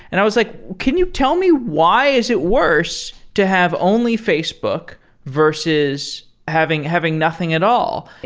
and i was like, can you tell me why is it worse to have only facebook versus having having nothing at all?